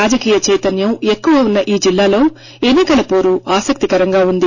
రాజకీయ చైతన్యం ఎక్కువ ఉన్న ఈ జిల్లాలో ఎన్నికల పోరు ఆసక్తికరంగా ఉంది